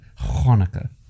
Hanukkah